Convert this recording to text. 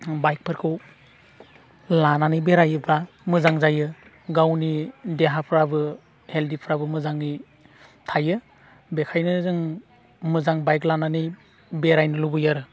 बाइकफोरखौ लानानै बेरायोब्ला मोजां जायो गावनि देहाफ्राबो हेलथफ्राबो मोजाङै थायो बेखायनो जों मोजां बाइक लानानै बेरायनो लुगैयो आरो